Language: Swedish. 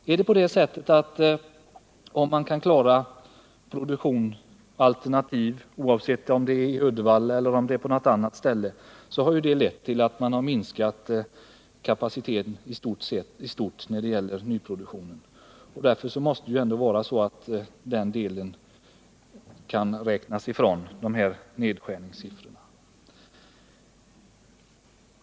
Har ett företag klarat en omställning till alternativ produktion — oavsett om det är i Uddevalla eller på något annat ställe — har det lett till att det har minskat kapaciteten i stort när det gäller nyproduktionen. Därför måste den delen kunna räknas ifrån nedskärningssiffrorna.